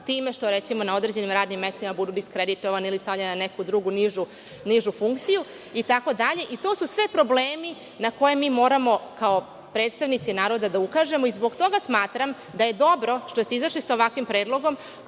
time što recimo na određenim radnim mestima budu diskreditovane ili stavljene na neku drugu nižu funkciju itd. To su svi problemi na koje mi moramo kao predstavnici naroda da ukažemo. Zbog toga smatram da je dobro što ste izašli sa ovakvim predlogom,